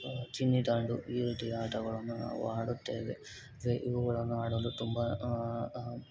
ಚಿನ್ನಿದಾಂಡು ಈ ರೀತಿಯ ಆಟಗಳನ್ನು ನಾವು ಆಡುತ್ತೇವೆ ಮತ್ತೆ ಇವುಗಳನ್ನು ಆಡಲು ತುಂಬ